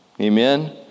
Amen